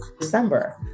December